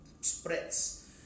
spreads